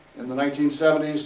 in the nineteen seventy s,